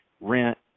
rent